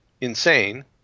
insane